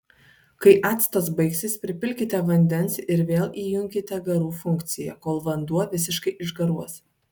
kai actas baigsis pripilkite vandens ir vėl įjunkite garų funkciją kol vanduo visiškai išgaruos